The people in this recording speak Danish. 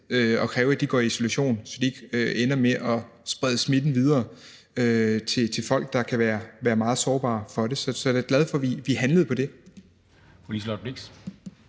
og kræve, at de går i isolation, så de ikke ender med at sprede smitten videre til folk, der kan være meget sårbare over for det. Så jeg er da glad for, at vi handlede på det.